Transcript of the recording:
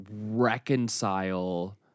reconcile